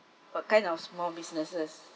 what kind of small businesses